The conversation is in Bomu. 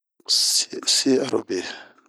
Si'arobe.